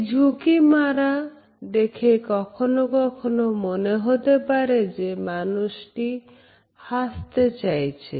এই ঝুঁকি মারা দেখে কখনো কখনো মনে হতে পারে যে মানুষটি হাসতে চাইছে